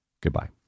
goodbye